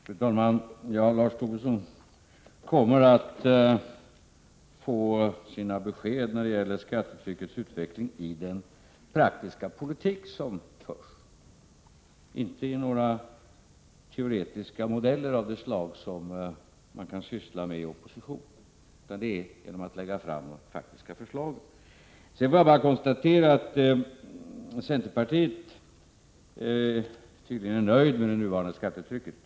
Fru talman! Lars Tobisson kommer att få besked när det gäller skattetryckets utveckling i den praktiska politik som förs, inte i några teoretiska modeller av det slag man kan syssla med i opposition. Jag kan bara konstatera att centerpartiet tydligen är nöjt med det nuvarande skattetrycket.